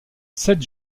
sept